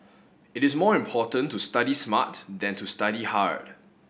it is more important to study smart than to study hard